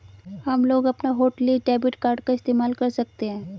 हमलोग अपना hotlist debit card का इस्तेमाल कर सकते हैं